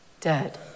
dead